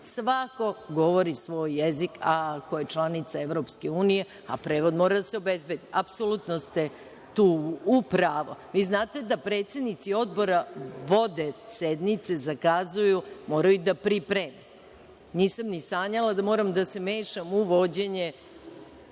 svako govori svoj jezik ako je članica EU, a prevod mora da se obezbedi, apsolutno ste tu u pravu. Vi znate da predsednici odbora vode sednice, zakazuju, moraju da pripreme. Nisam ni sanjala da moram da se mešam u vođenje